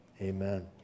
Amen